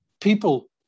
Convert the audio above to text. People